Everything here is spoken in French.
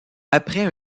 après